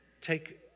take